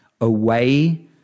away